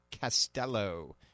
Castello